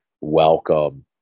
welcome